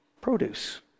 produce